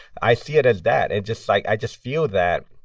i see it as that. and just like i just feel that,